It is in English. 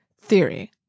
theory